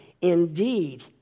Indeed